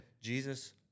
Jesus